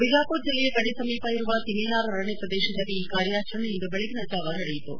ಬಿಜಾಪುರ್ ಜಿಲ್ಲೆಯ ಗಡಿ ಸಮೀಪ ಇರುವ ತಿಮೇನಾರ್ ಅರಣ್ಣ ಪ್ರದೇಶದಲ್ಲಿ ಈ ಕಾರ್ಯಾಚರಣೆ ಇಂದು ಬೆಳಗಿನ ಜಾವ ನಡೆಯಿತು